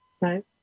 Right